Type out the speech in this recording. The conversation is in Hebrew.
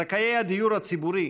זכאי הדיור הציבורי,